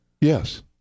Yes